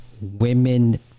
women